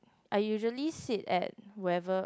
I usually sit at whoever